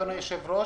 אדוני היושב-ראש,